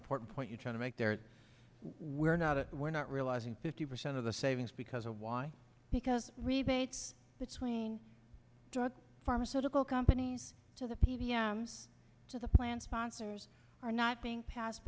important point you're trying to make there where now that we're not realizing fifty percent of the savings because of why because rebates between drug pharmaceutical companies to the p b s to the plan sponsors are not being passed